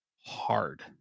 Hard